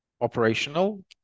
operational